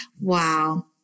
Wow